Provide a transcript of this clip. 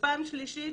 ופעם שלישית,